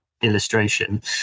illustration